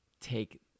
take